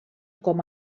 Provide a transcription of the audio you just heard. com